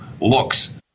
looks